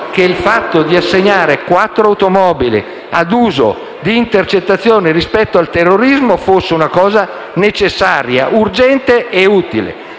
che il fatto di assegnare quattro automobili ad uso di intercettazione rispetto al terrorismo fosse una cosa necessaria, urgente e utile.